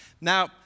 Now